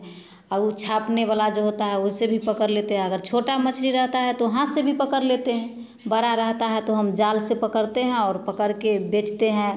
और वह छापने वाला जो होता है उससे भी पकड़ लेते हैं अगर छोटा मछली रहता है तो हाँथ से भी पकड़ लेते हैं बड़ा रहता है तो हम जाल से पकड़ते हैं और पकड़ कर बेचते हैं